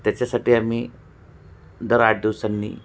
त्याच्यासाठी आम्ही दर आठ दिवसांनी